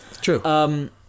true